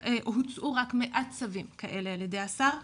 והוצאו רק מעט צווים כאלה על ידי השר.